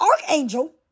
archangel